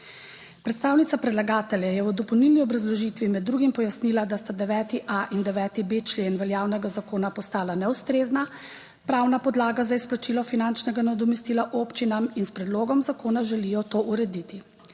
Predstavnica predlagatelja je v dopolnilni obrazložitvi med drugim pojasnila, da sta 9.a in 9.b člen veljavnega zakona postala neustrezna pravna podlaga za izplačilo finančnega nadomestila občinam in s predlogom zakona želijo to urediti.